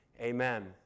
Amen